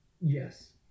Yes